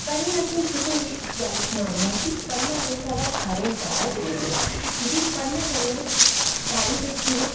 पैह्लें असें तुसें गी इक गल्ल सनान्नी आं कि पढ़ना जेह्का तां सारें गी चाहिदा जरूरी की के पढ़ने कन्नै साढ़ी जेह्की ना